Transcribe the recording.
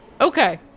Okay